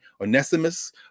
Onesimus